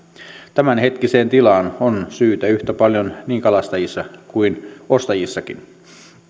tämänhetkiseen tilaan on syytä yhtä paljon niin kalastajissa kuin ostajissakin